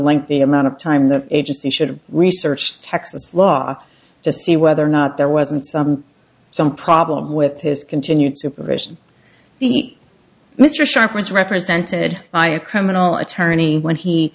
lengthy amount of time the agency should have researched texas law to see whether or not there wasn't some some problem with his continued supervision mr sharp was represented by a criminal attorney when he